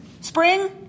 spring